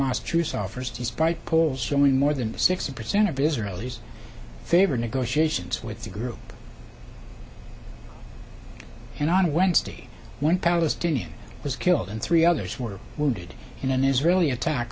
s truce offers despite polls showing more than sixty percent of israelis favor negotiations with the group and on wednesday one palestinian was killed and three others were wounded in an israeli attack